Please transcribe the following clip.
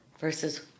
Versus